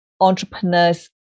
entrepreneurs